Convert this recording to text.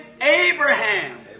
Abraham